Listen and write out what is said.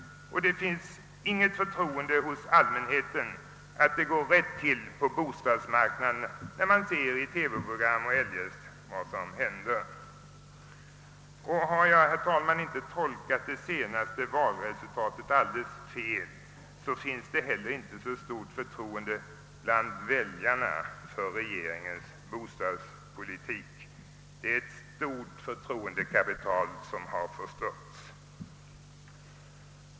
Och det finns inget förtroende hos allmänheten för att det går rätt till på bostadsmarknaden när den i TV får se vad som händer. Om jag, herr talman, inte har tolkat det senaste valresultatet alldeles fel, finns det heller inte så stort förtroende bland väljarna för regeringens bostadspolitik. Det är ett stort förtroendekapital som förstörts.